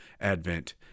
advent